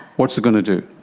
what's it going to do?